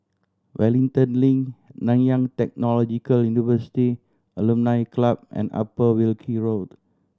Wellington Link Nanyang Technological University Alumni Club and Upper Wilkie Road